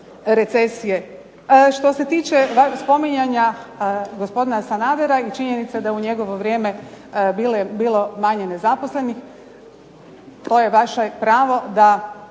recesije. Što se tiče spominjanja gospodina Sanadera, i činjenice da je u njegovo vrijeme bilo manje nezaposlenih, to je vaše pravo da